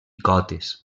cotes